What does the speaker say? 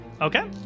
Okay